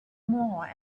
more